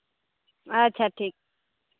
ᱟᱪᱪᱷᱟ ᱴᱷᱤᱠ